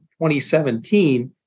2017